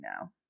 now